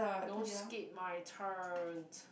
don't skip my turn